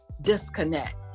disconnect